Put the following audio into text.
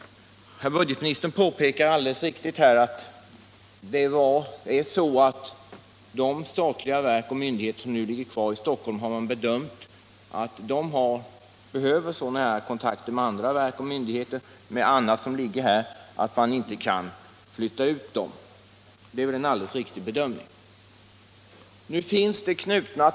Budgetministern påpekar helt riktigt att man har bedömt det så att de statliga verk och myndigheter som ligger kvar i Stockholm behöver ha nära kontakt med verk och myndigheter eller privata företag som ligger i Stockholm och att man därför inte kan flytta ut dem.